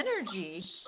energy